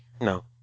No